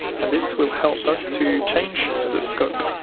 and this will help us to change the scope.